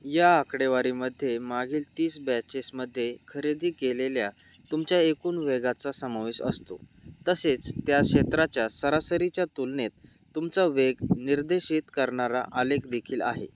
या आकडेवारीमध्ये मागील तीस बॅचेसमध्ये खरेदी केलेल्या तुमच्या एकूण वेगाचा समावेश असतो तसेच त्या क्षेत्राच्या सरासरीच्या तुलनेत तुमचा वेग निर्देशित करणारा आलेख देखील आहे